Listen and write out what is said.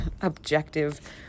objective